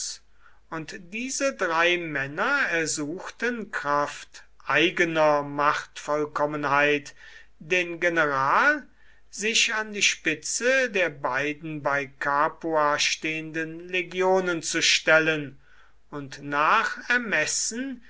und diese drei männer ersuchten kraft eigener machtvollkommenheit den general sich an die spitze der beiden bei capua stehenden legionen zu stellen und nach ermessen